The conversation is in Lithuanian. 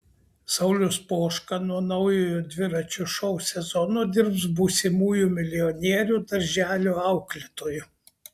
saulius poška nuo naujojo dviračio šou sezono dirbs būsimųjų milijonierių darželio auklėtoju